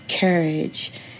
courage